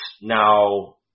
now